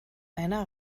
einer